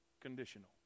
conditional